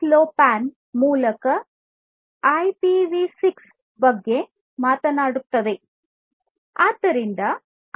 6 LoWPAN ಮೂಲಕ IPv6 ಬಗ್ಗೆ ಮಾತನಾಡುತ್ತದೆ